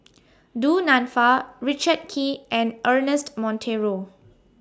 Du Nanfa Richard Kee and Ernest Monteiro